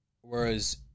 Whereas